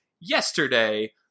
yesterday